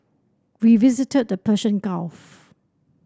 we visited the Persian Gulf